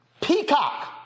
Peacock